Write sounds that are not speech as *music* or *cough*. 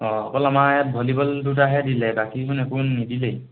অঁ অকল আমাৰ ইয়াত ভলীবল দুটাহে দিলে বাকী *unintelligible* একো নিদিলেই